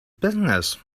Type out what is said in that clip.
business